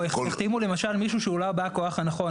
או החתימו למשל מישהו שהוא לא בא כוח הנכון.